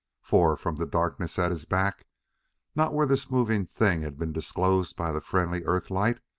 for, from the darkness at his back not where this moving thing had been disclosed by the friendly earth-light,